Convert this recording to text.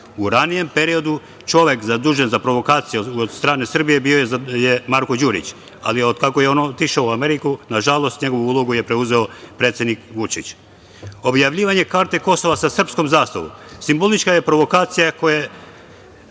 U ranijem periodu čovek zadužen za provokacije od strane Srbije bio je Marko Đurić, ali od kako je on otišao u Ameriku, nažalost njegovu ulogu je preuzeo predsednik Vučić. Objavljivanje karte Kosova sa srpskom zastavom, simbolična je provokacija koja